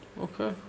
Okay